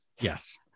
Yes